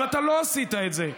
אבל אתה לא עשית את זה.